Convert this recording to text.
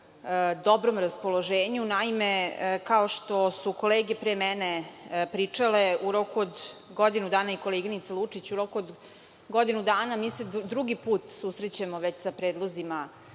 dobrom raspoloženju. Naime, kao što su kolege pre mene pričale i koleginica Lučić, u roku od godinu dana mi se drugi put susrećemo već sa predlozima